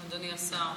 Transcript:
אדוני השר.